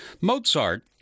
Mozart